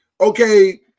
okay